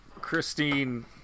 Christine